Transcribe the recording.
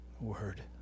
Word